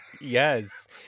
Yes